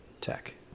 Tech